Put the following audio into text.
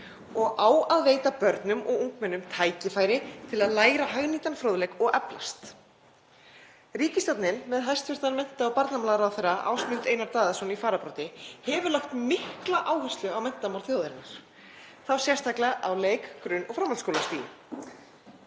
og á að veita börnum og ungmennum tækifæri til að læra hagnýtan fróðleik og eflast. Ríkisstjórnin, með hæstv. mennta- og barnamálaráðherra Ásmund Einar Daðason í fararbroddi, hefur lagt mikla áherslu á menntamál þjóðarinnar, þá sérstaklega á leik-, grunn- og framhaldsskólastigi.